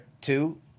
Two